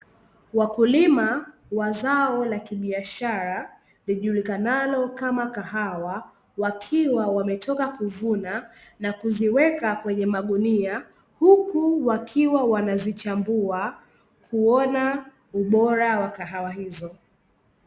Wakulima wa zao la kibiashara lijulikanalo kama kahawa, wakiwa wametoka kuvuna na kuziweka kwenye magunia, huku wakiwa wanazichambua kuona ubora wa kahawa hizo.